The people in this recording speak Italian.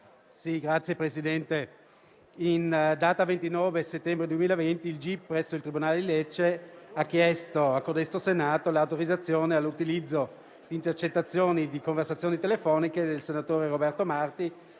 Signor Presidente, in data 29 settembre 2020 il gip presso il tribunale di Lecce ha chiesto al Senato l'autorizzazione all'utilizzo di intercettazioni di conversazioni telefoniche del senatore Roberto Marti